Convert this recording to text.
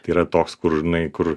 tai yra toks kur žinai kur